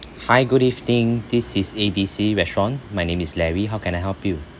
hi good evening this is A B C restaurant my name is larry how can I help you